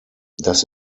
das